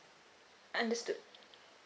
understood